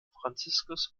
franziskus